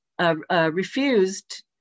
refused